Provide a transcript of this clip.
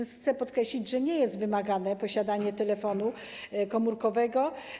Chcę podkreślić, że nie jest wymagane posiadanie telefonu komórkowego.